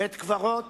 למשל בית-קברות